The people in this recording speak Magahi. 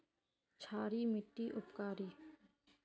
क्षारी मिट्टी उपकारी?